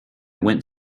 went